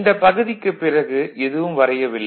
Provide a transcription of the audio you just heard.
இந்தப் பகுதிக்கு பிறகு எதுவும் வரையவில்லை